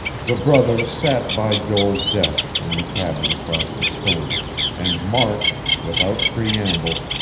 the brothers sat by joel's desk, in the cabin across the stern and mark, without preamble,